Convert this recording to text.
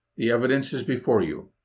the evidence is before you.